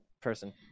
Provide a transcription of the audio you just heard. person